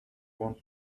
want